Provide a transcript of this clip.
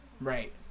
Right